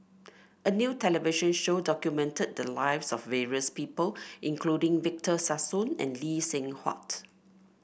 a new television show documented the lives of various people including Victor Sassoon and Lee Seng Huat